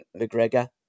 McGregor